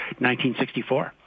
1964